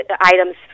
items